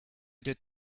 did